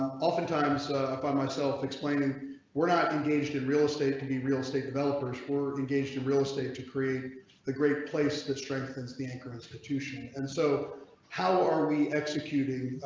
often times by myself explaining we're not engaged in real estate can be real estate developers for the engaged in real estate to create the great place that strengthens the ankaraspor touchen and so how are we executing.